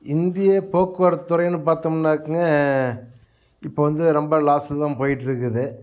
இந்திய போக்குவரத்து துறையின்னு பார்த்தோம்னாக்கங்க இப்போ வந்து ரொம்ப லாஸ்சில்தான் போய்கிட்ருக்குது